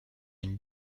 une